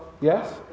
Yes